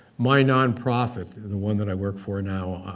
my non-profit, and the one that i work for now,